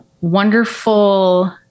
wonderful